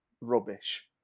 rubbish